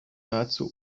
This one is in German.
nahezu